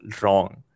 wrong